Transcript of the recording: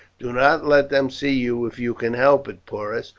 do not let them see you if you can help it, porus,